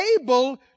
able